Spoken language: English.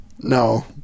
No